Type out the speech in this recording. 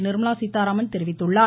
நிர்மலா சீதாராமன் தெரிவித்துள்ளார்